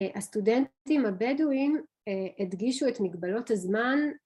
הסטודנטים הבדואים הדגישו את מגבלות הזמן